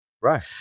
Right